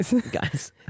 Guys